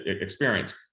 experience